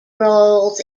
roles